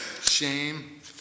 shame